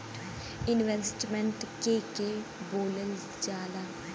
Investment के के बोलल जा ला?